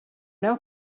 now